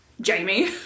Jamie